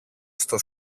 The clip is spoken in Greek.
στο